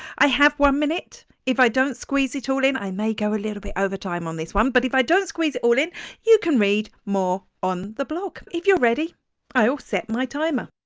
i have one minute if i don't squeeze it all in, i may go a little bit overtime on this one, but if i don't squeeze it all in you can read more on the blog. if you're ready i'll set my timer.